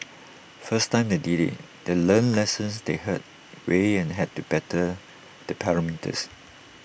first time they did IT they learnt lessons the hard way and had to better the parameters